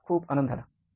खूप आनंद झाला